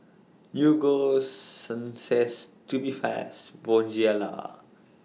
Ego Sunsense Tubifast Bonjela